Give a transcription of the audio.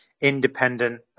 independent